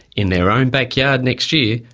in their own backyard next year,